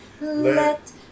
Let